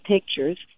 Pictures